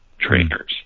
trainers